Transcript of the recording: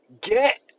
Get